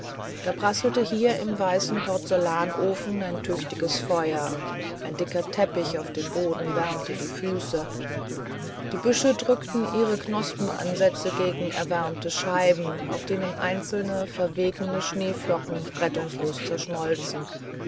da prasselte hier im weißen porzellanofen ein tüchtiges feuer ein dicker teppich auf dem boden wärmte die füße die büsche drückten ihre knospenansätze gegen die erwärmten scheiben auf denen einzelne verwegene schneeflocken rettungslos zerschmolzen